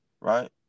right